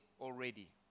already